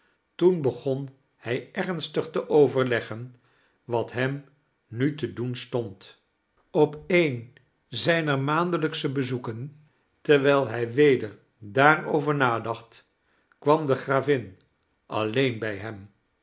toen begon hij ernstig te overleggen wat hem nu te doen stond op een zijner maandelijksche bezoeken terwijl hij weder daarover nadacht kwam de gravin alleen bij hem